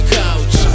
couch